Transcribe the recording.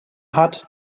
hat